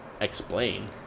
Explain